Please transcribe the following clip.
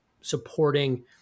supporting